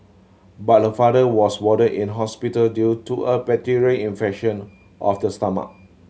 but her father was warded in hospital due to a bacterial infection of the stomach